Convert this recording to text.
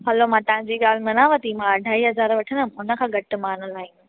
हलो मां तव्हांजी ॻाल्हि मनावती थी अढाई हज़ार वठदमि हुनखां घटि मां न लाइदमि